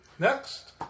Next